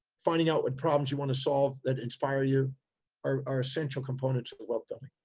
finding out what problems you want to solve that inspire you are, are essential components of wealth building.